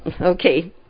okay